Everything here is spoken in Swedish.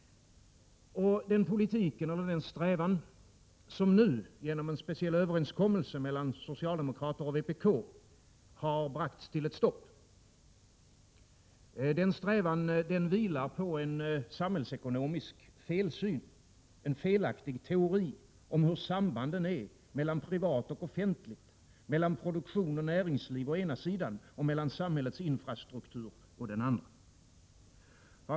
Denna politik och denna strävan, som nu genom en speciell överenskommelse mellan socialdemokrater och vpk har bragts till ett stopp, vilar på en samhällsekonomisk felsyn, en felaktig teori om sambandet mellan privat och offentligt, mellan produktion och näringsliv å ena sidan och samhällets infrastruktur å den andra.